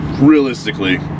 realistically